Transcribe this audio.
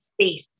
space